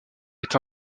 est